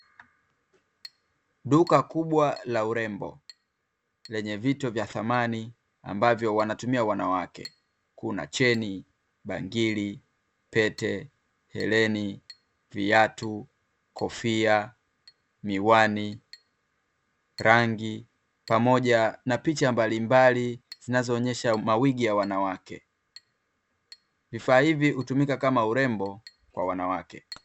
Duka kubwa la urembo lenye vitu vya thamani ambavyo wanatumia wanawake kuna cheni bangili, pete, hereni, viatu, kofia, miwani, rangi, pamoja na picha mbalimbali zinazoonyesha mawigi ya wanawake. Vifaa hivi hutumika kama urembo kwa wanawake.